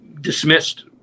dismissed